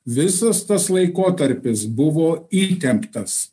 visas tas laikotarpis buvo įtemptas